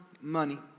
money